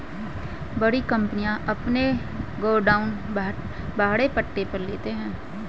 बड़ी कंपनियां अपने गोडाउन भाड़े पट्टे पर लेते हैं